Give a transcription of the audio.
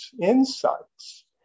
insights